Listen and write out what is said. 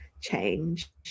change